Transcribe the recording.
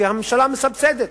כי הממשלה מסבסדת.